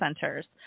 Centers